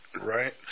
right